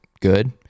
good